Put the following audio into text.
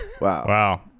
Wow